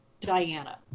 Diana